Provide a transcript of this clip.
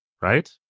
right